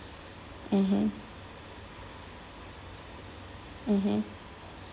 mmhmm mmhmm